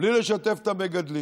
בלי לשתף את המגדלים,